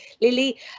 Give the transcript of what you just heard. Lily